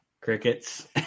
Crickets